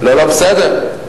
לא לא, בסדר.